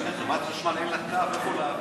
חברת החשמל, אין לה קו איפה להעביר,